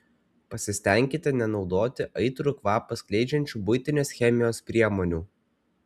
pasistenkite nenaudoti aitrų kvapą skleidžiančių buitinės chemijos priemonių